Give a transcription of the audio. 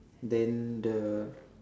then the